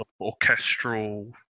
orchestral